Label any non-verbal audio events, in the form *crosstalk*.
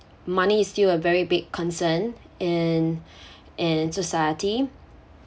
money is still a very big concern in *breath* in society